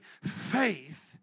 faith